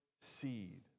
seed